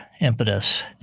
impetus